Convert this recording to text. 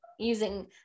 using